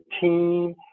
team